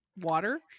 water